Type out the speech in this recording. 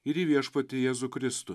ir į viešpatį jėzų kristų